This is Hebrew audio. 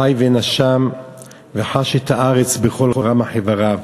חי ונשם וחש את הארץ בכל רמ"ח איבריו,